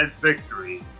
victory